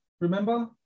Remember